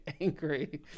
Angry